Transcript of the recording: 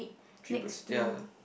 three birds ya